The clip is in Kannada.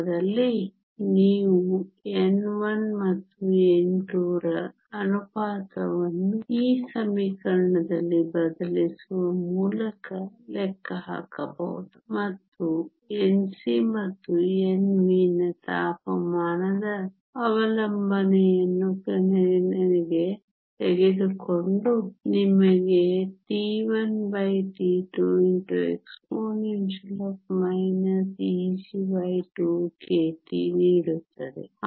ಈ ಸಂದರ್ಭದಲ್ಲಿ ನೀವು n1 ಮತ್ತು n2 ರ ಅನುಪಾತವನ್ನು ಈ ಸಮೀಕರಣದಲ್ಲಿ ಬದಲಿಸುವ ಮೂಲಕ ಲೆಕ್ಕಹಾಕಬಹುದು ಮತ್ತು Nc ಮತ್ತು Nv ನ ತಾಪಮಾನದ ಅವಲಂಬನೆಯನ್ನು ಗಣನೆಗೆ ತೆಗೆದುಕೊಂಡು ನಿಮಗೆ T1T2exp Eg2kT ನೀಡುತ್ತದೆ